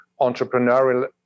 entrepreneurial